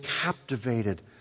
captivated